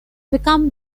become